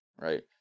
right